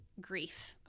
grief